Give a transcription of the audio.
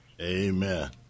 Amen